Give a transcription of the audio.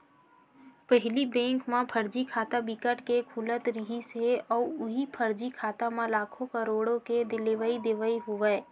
पहिली बेंक म फरजी खाता बिकट के खुलत रिहिस हे अउ उहीं फरजी खाता म लाखो, करोड़ो के लेवई देवई होवय